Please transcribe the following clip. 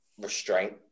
restraint